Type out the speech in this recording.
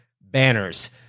banners